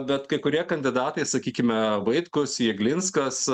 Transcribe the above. bet kai kurie kandidatai sakykime vaitkus jeglinskas